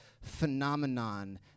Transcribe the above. phenomenon